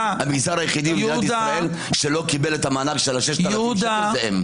המגזר היחידי במדינת ישראל שלא קיבל את המענק של 6,000 השקלים.